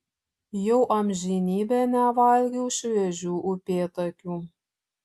jau amžinybę nevalgiau šviežių upėtakių